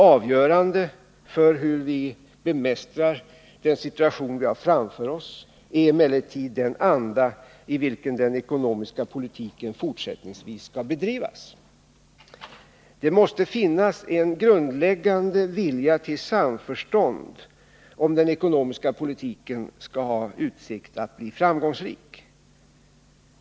Avgörande för hur vi bemästrar den situation vi har framför oss är emellertid den anda i vilken den ekonomiska politiken fortsättningsvis skall bedrivas. Det måste finnas en grundläggande vilja till samförstånd, om den ekonomiska politiken skall ha utsikt att bli framgångsrik.